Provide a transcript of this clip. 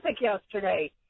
yesterday